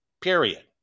period